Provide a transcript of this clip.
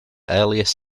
earliest